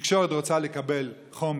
תקשורת רוצה לקבל חומר,